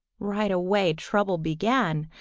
right away trouble began.